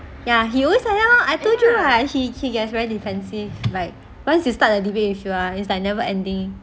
ya he always like that one I told you [what] he he gets very defensive like once he starts a debate with you ah it's never ending